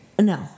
No